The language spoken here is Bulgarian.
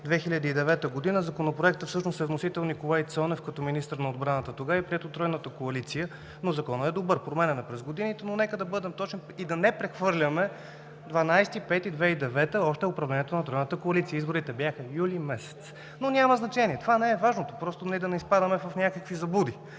2009 г. Законопроектът всъщност е с вносител Николай Цонев като министър на отбраната. Тогава е приет от Тройната коалиция, но Законът е добър. Променян е през годините, но нека да бъдем точни и да не прехвърляме – 12 май 2009 г. още е управлението на Тройната коалиция. Изборите бяха юли месец. Няма значение, това не е важно, просто да не изпадаме в някакви заблуди.